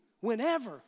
whenever